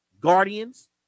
Guardians